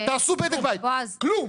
כלום.